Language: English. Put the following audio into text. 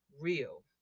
real